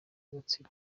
gatsibo